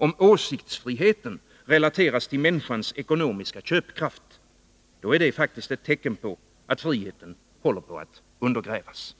Om åsiktsfriheten relateras till människans ekonomiska köpkraft, är det faktiskt ett tecken på att friheten håller på att undergrävas.